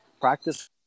practice